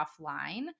offline